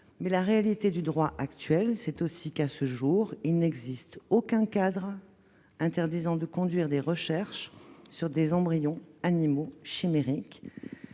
la réalité du droit actuel, c'est aussi qu'il ne fixe aucun cadre interdisant de conduire des recherches sur des embryons animaux chimériques.